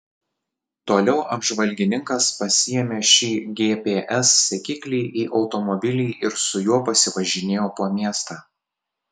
toliau apžvalgininkas pasiėmė šį gps sekiklį į automobilį ir su juo pasivažinėjo po miestą